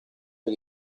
per